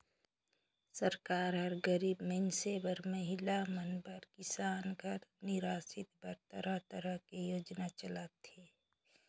सरकार हर गरीब मइनसे बर, महिला मन बर, किसान घर निरासित बर तरह तरह के योजना चलाथे